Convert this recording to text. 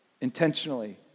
intentionally